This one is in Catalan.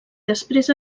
després